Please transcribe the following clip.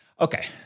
Okay